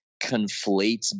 conflates